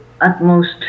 utmost